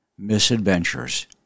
Misadventures